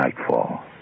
nightfall